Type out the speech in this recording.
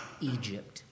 Egypt